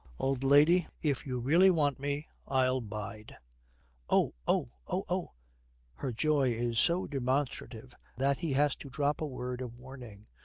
old lady, if you really want me, i'll bide oh! oh! oh! oh her joy is so demonstrative that he has to drop a word of warning.